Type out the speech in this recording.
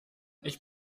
ich